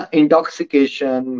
intoxication